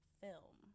film